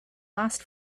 last